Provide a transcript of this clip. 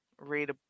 read